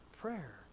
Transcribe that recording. prayer